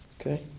Okay